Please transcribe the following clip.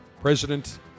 President